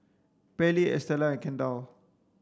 Pairlee Estela and Kendall